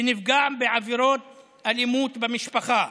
שנפגע בעבירות אלימות במשפחה,